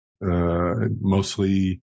mostly